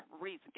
reason